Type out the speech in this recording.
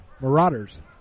Marauders